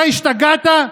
אתה השתגעת?